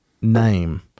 name